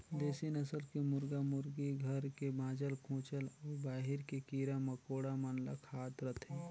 देसी नसल के मुरगा मुरगी घर के बाँचल खूंचल अउ बाहिर के कीरा मकोड़ा मन ल खात रथे